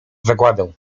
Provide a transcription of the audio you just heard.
zagładę